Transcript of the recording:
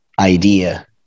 idea